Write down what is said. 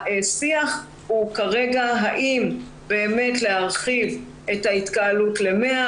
השיח הוא כרגע האם להרחיב את ההתקהלות ל-100.